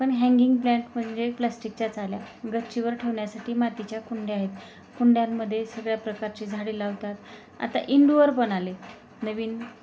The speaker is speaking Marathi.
पण हँंगिंग प्लॅट म्हणजे प्लास्टिकच्याच आल्या गच्चीवर ठेवण्यासाठी मातीच्या कुंड्या आहेत कुंड्यांमध्ये सगळ्या प्रकारची झाडे लावतात आता इंडोअर पण आले नवीन